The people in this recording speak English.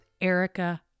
Erica